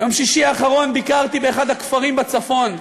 ביום שישי האחרון ביקרתי באחד הכפרים בצפון,